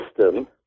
system